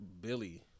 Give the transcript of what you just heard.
Billy